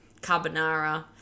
carbonara